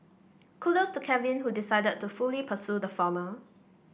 kudos to Kevin who decided to fully pursue the former